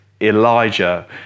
Elijah